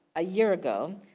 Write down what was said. a year ago,